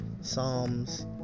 Psalms